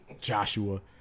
Joshua